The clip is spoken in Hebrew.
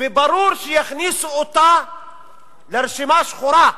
וברור שיכניסו אותו לרשימה השחורה,